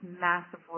massive